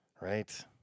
Right